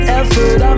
effort